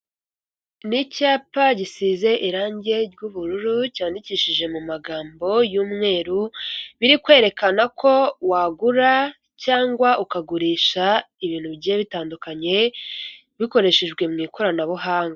Ni icyapa gisize irange ry'ubururu, cyandikishije mu magambo y'umweru, biri kwerekana ko wagura cyangwa ukagurisha ibintu bigiye bitandukanye, bikoreshejwe mu ikoranabuhanga.